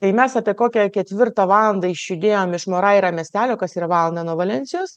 ir mes apie kokią ketvirtą valandą išjudėjom iš moraira miestelio kas yra valanda nuo valensijos